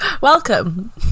Welcome